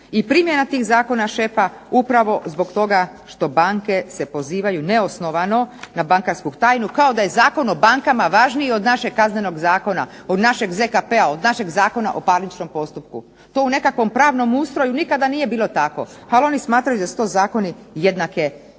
i primjena tih zakona šepa upravo zbog toga što banke se pozivaju neosnovano na bankarsku tajnu kao da je Zakon o bankama važniji od našeg Kaznenog zakona, od našeg ZKP-a, od našeg Zakona o parničnom postupku. To u nekakvom pravnom ustroju nikada nije bilo tako, ali oni smatraju da su to zakoni jednake